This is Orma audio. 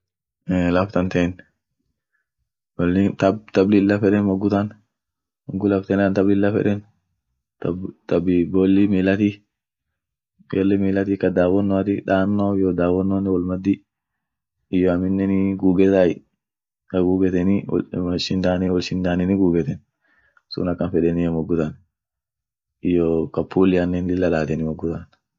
Laff tanteen tab-tab lilla feden mogu tan, mogu laftana tan tab lilla feden, tabii bolli milati bolli milati, ka dawonoati, dannoaf iyyo dawonnoane wol maddi, iyo aminenii gugetay ka guugeteni wolshinda-wolshindaneni gugeten sun akan fedeni mogu tan iyo ka pulianen lilla daten mogu tan.